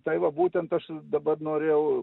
tai va būtent aš dabar norėjau